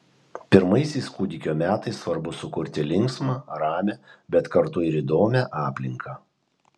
pirmaisiais kūdikio metais svarbu sukurti linksmą ramią bet kartu ir įdomią aplinką